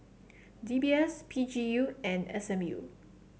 D B S P G U and S M U